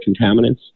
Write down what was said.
contaminants